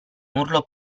urlo